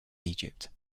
egypt